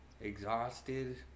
exhausted